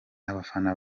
abafana